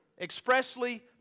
expressly